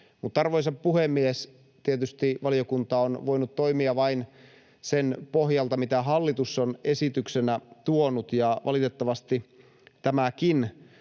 Mutta, arvoisa puhemies, tietysti valiokunta on voinut toimia vain sen pohjalta, mitä hallitus on esityksenä tuonut, ja valitettavasti tämäkin